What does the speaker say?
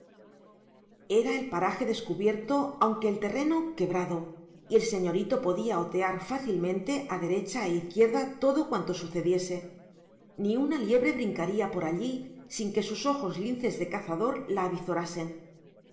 era el paraje descubierto aunque el terreno quebrado y el señorito podía otear fácilmente a derecha e izquierda todo cuanto sucediese ni una liebre brincaría por allí sin que sus ojos linces de cazador la